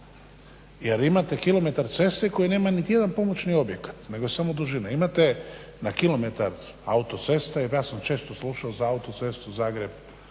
jer imate kilometar ceste koji nema niti jedan pomoćni objekat, nego samo dužine. Imate na kilometar autoceste, ja sam često slušao za autocestu Zagreb-Velika